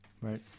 Right